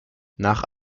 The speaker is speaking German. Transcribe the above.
nach